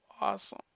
awesome